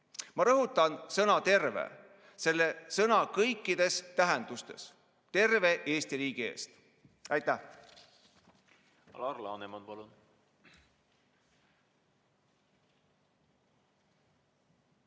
Ma rõhutan sõna "terve" selle sõna kõikides tähendustes: terve Eesti riigi eest. Aitäh!